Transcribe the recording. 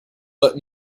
but